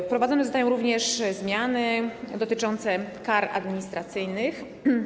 Wprowadzone zostają również zmiany dotyczące kar administracyjnych.